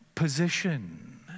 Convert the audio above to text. Position